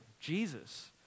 Jesus